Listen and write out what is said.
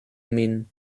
min